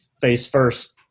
face-first